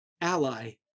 Ally